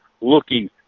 looking